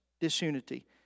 disunity